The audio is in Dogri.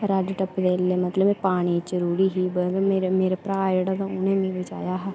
रड्ड टपदे बेल्लै मतलब पानी च रुढ़ी ही ते मेरा भ्राऽ जेह्ड़ा तां उ'नें मिगी बचाया हा